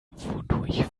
wodurch